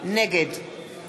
נגד